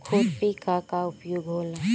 खुरपी का का उपयोग होला?